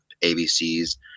abc's